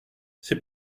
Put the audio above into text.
c’est